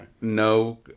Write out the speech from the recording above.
no